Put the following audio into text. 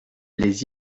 les